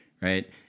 right